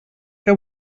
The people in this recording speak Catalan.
que